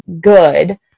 good